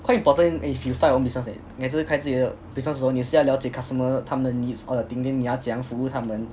quite important if you start on business eh 你也是开你自己的 business 的时候你也是要了解 customers 他们的 needs all the thing then 你要怎样服务他们